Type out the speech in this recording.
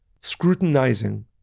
scrutinizing